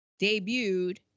debuted